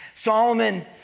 Solomon